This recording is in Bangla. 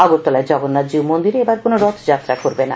আগরতলায় জগন্নাথ জিউ মন্দিরে এবার কোনও রখ যাত্রা করবে না